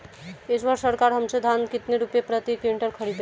इस वर्ष सरकार हमसे धान कितने रुपए प्रति क्विंटल खरीदेगी?